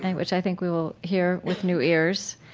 and which i think we will hear with new ears.